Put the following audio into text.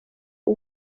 uyu